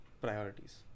priorities